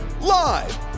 Live